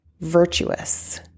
virtuous